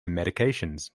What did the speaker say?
medications